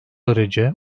derece